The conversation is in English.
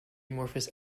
amorphous